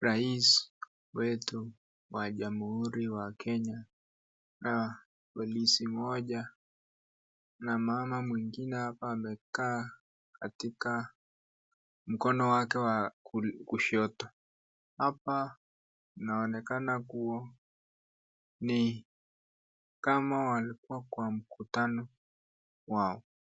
rais wetu wa jamuhuri ya kenya na polisi mmoja na mama mwingine hapo amekaa katika mkono wake wa kushoto. Hapa inaonekana kua ni kama walikua kwa mkutano wao.